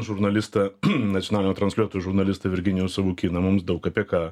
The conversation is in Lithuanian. žurnalistą nacionalinio transliuotojo žurnalistą virginijų savukyną mums daug apie ką